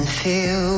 feel